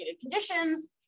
conditions